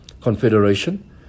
Confederation